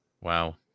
Wow